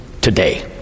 today